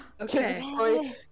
Okay